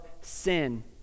sin